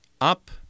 up